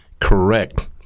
correct